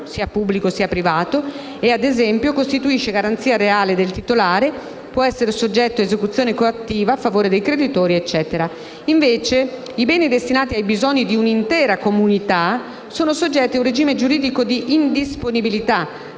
(sia pubblico sia privato) e ad esempio costituisce garanzia reale del titolare, può essere soggetto a esecuzione coattiva a favore dei creditori, eccetera. Invece, i beni destinati ai bisogni di un'intera comunità sono soggetti a un regime giuridico di indisponibilità,